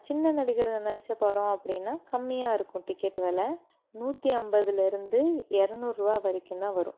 சின்ன நடிகர்கள் நடித்த படம் அப்படினா கம்மியாக இருக்கும் டிக்கெட் வெலை நூற்றி ஐம்பதுலேர்ந்து இரநூறுவா வரைக்கும்தான் வரும்